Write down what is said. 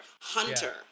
Hunter